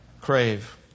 crave